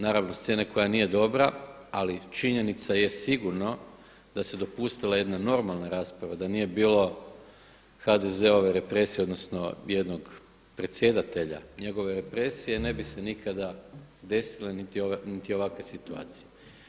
Naravno, scena koja nije dobra ali činjenica je sigurno da se dopustila jedna normalna rasprava, da nije bilo HDZ-ove represije odnosno jednog predsjedatelja njegove represije ne bi se nikada desile niti ovakve situacije.